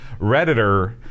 Redditor